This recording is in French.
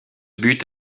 but